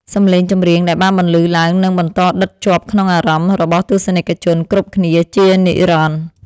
សម្លេងចម្រៀងដែលបានបន្លឺឡើងនឹងបន្តដិតជាប់ក្នុងអារម្មណ៍របស់ទស្សនិកជនគ្រប់គ្នាជានិរន្តរ៍។